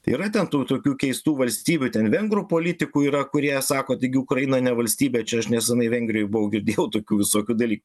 tai yra ten tų tokių keistų valstybių ten vengrų politikų yra kurie sako taigi ukraina ne valstybė čia aš neseniai vengrijoj buvau girdėjau tokių visokių dalykų